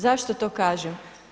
Zašto to kažem?